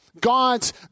God's